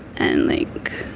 and like